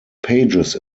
pages